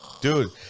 Dude